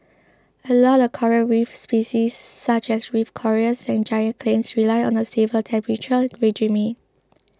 a lot of coral reef species such as reef corals and giant clams rely on a stable temperature regime